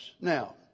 Now